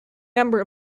member